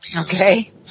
Okay